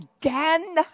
again